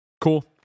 Cool